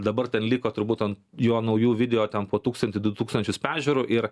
dabar ten liko turbūt an jo naujų video ten po tūkstantį du tūkstančius peržiūrų ir